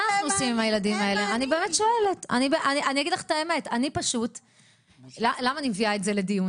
באמת אני אומרת את זה מדם ליבי,